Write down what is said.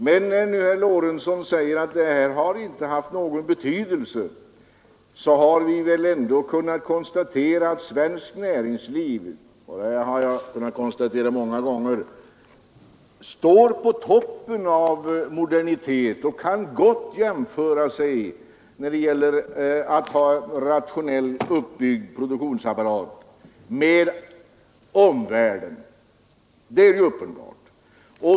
Men när herr Lorentzon här säger att det som gjorts inte har haft någon betydelse, kan vi väl ändå konstatera att svenskt näringsliv — och det har jag kunnat konstatera många gånger — står på toppen av modernitet och kan mäta sig väl i jämförelsen när det gäller att ha en rationellt uppbyggd produktionsapparat med omvärlden.